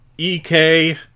EK